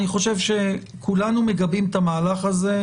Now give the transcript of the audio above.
אני חושב שכולנו מגבים את המהלך הזה.